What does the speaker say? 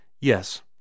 Yes